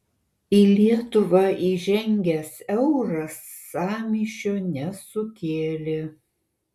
į lietuvą įžengęs euras sąmyšio nesukėlė